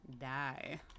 die